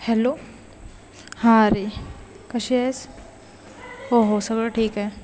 hello हां अरे कशी आहेस हो हो सगळं ठीक आहे